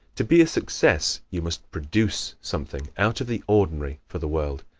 to be a success you must produce something out of the ordinary for the world.